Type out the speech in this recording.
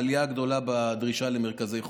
עלייה גדולה בדרישה למרכזי חוסן.